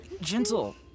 gentle